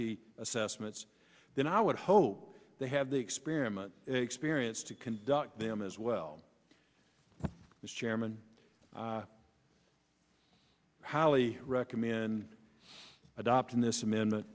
c assessments then i would hope they have the experiment experience to conduct them as well as chairman howley recommend adopting this amendment